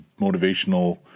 motivational